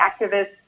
activist's